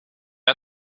out